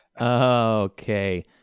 okay